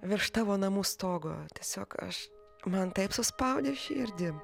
virš tavo namų stogo tiesiog aš man taip suspaudė širdį